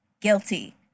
Guilty